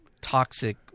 toxic